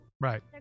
Right